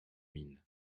mines